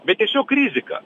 bet tiesiog rizika